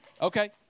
okay